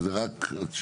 וזה רק,